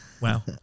Wow